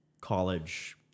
college